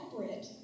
separate